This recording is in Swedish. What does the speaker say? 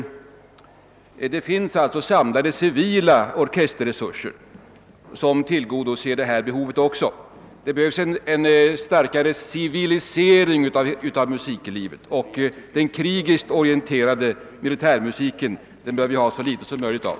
Det finns alltså samlade civila orkesterresurser som tillgodoser även dettå behov. Det behövs en starkare civilisering av musiklivet, och den krigiskt orienterade militärmusiken bör vi ha så litet som möjligt av.